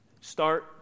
start